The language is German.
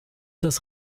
das